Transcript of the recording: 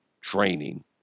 training